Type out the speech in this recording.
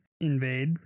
invade